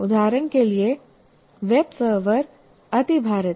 उदाहरण के लिए वेबसर्वर अतिभारित है